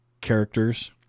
characters